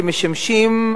שמשמשים,